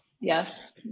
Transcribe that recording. Yes